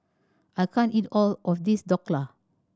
I can't eat all of this Dhokla